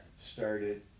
started